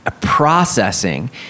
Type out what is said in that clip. processing